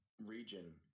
region